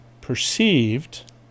perceived